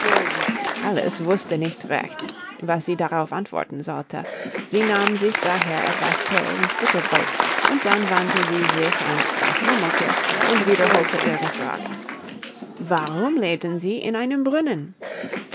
alice wußte nicht recht was sie darauf antworten sollte sie nahm sich daher etwas thee und butterbrot und dann wandte sie sich an das murmelthier und wiederholte ihre frage warum lebten sie in einem brunnen